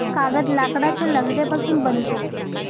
कागद लाकडाच्या लगद्यापासून बनतो